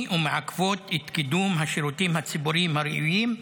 ומעכבות את קידום השירותים הציבוריים הראויים.